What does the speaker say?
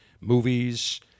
movies